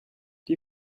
die